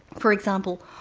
for example,